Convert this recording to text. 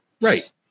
right